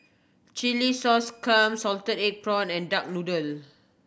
chilli sauce clams salted egg prawns and duck noodle